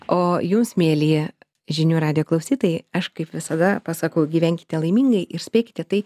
o jums mieli žinių radijo klausytojai aš kaip visada pasakau gyvenkite laimingai ir spėkite tai